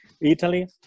Italy